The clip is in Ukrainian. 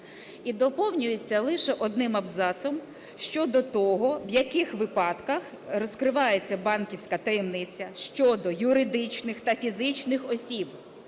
І доповнюється лише одним абзацом щодо того, в яких випадках розкривається банківська таємниця щодо юридичних та фізичних осіб.